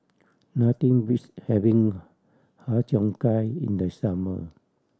nothing beats having Har Cheong Gai in the summer